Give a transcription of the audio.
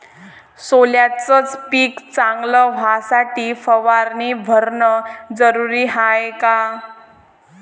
सोल्याचं पिक चांगलं व्हासाठी फवारणी भरनं जरुरी हाये का?